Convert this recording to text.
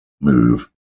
move